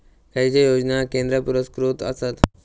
खैचे योजना केंद्र पुरस्कृत आसत?